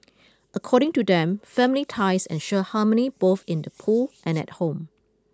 according to them family ties ensure harmony both in the pool and at home